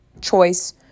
choice